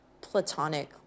platonic